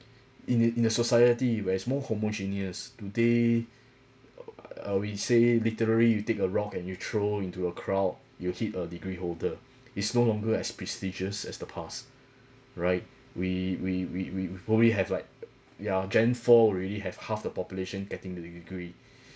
in a in a society where it's more homogeneous today uh we say literary you take a rock and you throw into a crowd you'll hit a degree holder is no longer as prestigious as the past right we we we we we already have like yeah gen four we already have half the population getting the de~ degree